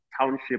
township